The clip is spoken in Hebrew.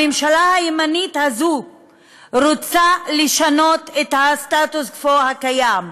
הממשלה הימנית הזו רוצה לשנות את הסטטוס קוו הקיים,